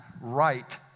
right